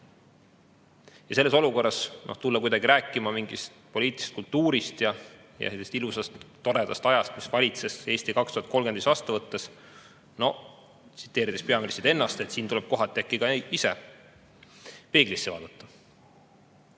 Ja selles olukorras tulla rääkima mingist poliitilisest kultuurist ja ilusast toredast ajast, mis valitses "Eesti 2035" vastu võttes – tsiteerides peaministrit ennast, siin tuleb kohati äkki ka ise peeglisse vaadata.